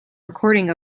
recording